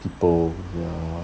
people